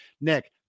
Nick